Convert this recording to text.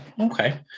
Okay